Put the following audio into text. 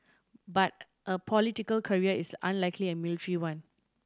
but a political career is unlike a military one